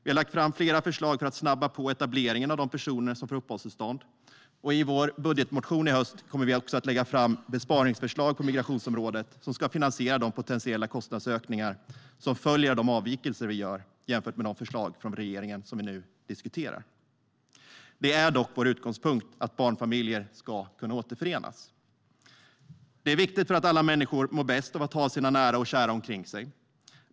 Vi har lagt fram flera förslag för att snabba på etableringen av de personer som får uppehållstillstånd. I vår budgetmotion i höst kommer vi också att lägga fram besparingsförslag på migrationsområdet som ska finansiera de potentiella kostnadsökningar som följer av de avvikelser vi föreslår jämfört med de förslag från regeringen som vi nu diskuterar. Det är dock vår utgångspunkt att barnfamiljer ska kunna återförenas. Det är viktigt för att alla människor mår bäst av att ha sina nära och kära omkring sig.